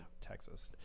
Texas